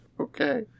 Okay